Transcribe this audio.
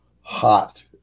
hot